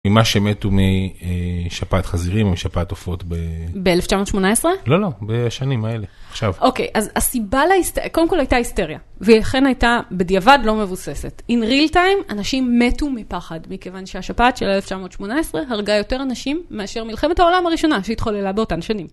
ממה שמתו משפעת חזירים או משפעת עופות ב... ב-1918? לא, לא, בשנים האלה, עכשיו. אוקיי, אז הסיבה, קודם כול הייתה היסטריה, והיא אכן הייתה בדיעבד לא מבוססת. In real time, אנשים מתו מפחד, מכיוון שהשפעת של 1918 הרגה יותר אנשים מאשר מלחמת העולם הראשונה שהתחוללה באותן שנים.